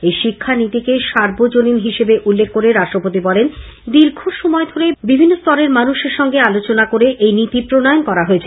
এই শিক্ষানীতিকে সার্বজনীন হিসাবে উল্লেখ করে রাষ্ট্রপতি বলেন দীর্ঘ সময় ধরে সমাজের বিভিন্ন স্তরের মানুষের সঙ্গে আলাপ আলোচনা করে এটি প্রণয়ন করা হয়েছে